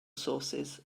sources